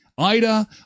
Ida